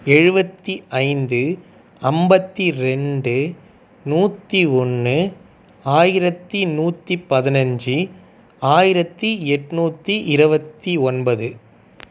எழுபத்தி ஐந்து ஐம்பத்தி ரெண்டு நூற்றி ஒன்று ஆயிரத்து நூற்றி பதினஞ்சு ஆயிரத்து எட்நூற்றி இருவத்தி ஒன்பது